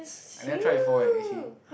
I never try before eh actually